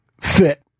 fit